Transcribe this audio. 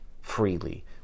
freely